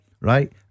Right